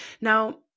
Now